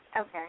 Okay